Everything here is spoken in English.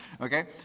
okay